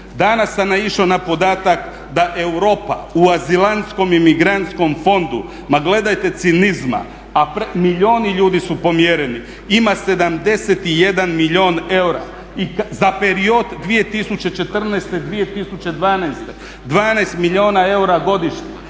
Danas sam naišao na podatak da Europa u azilantskom imigrantskom fondu, ma gledajte cinizma, a milijuni ljudi su pomjereni, ima 71 milijun eura za period 2012-2014, 12 milijuna eura godišnje.